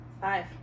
five